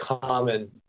common